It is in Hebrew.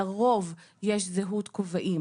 לרוב יש זהות כובעים,